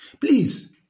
please